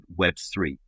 Web3